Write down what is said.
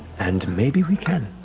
and maybe we can.